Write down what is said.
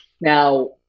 Now